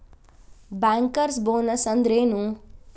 Bankers bonus ಅಂದ್ರೇನು?